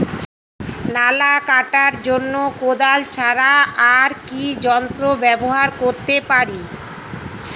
নালা কাটার জন্য কোদাল ছাড়া আর কি যন্ত্র ব্যবহার করতে পারি?